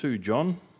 John